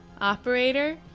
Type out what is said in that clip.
operator